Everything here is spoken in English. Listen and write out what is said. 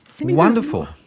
Wonderful